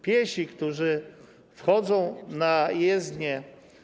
Piesi, którzy wchodzą na jezdnię.